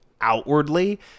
outwardly